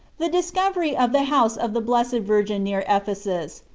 the discovery of the house of the blessed virgin near ephesus,